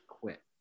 quit